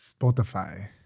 Spotify